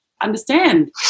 understand